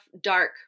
dark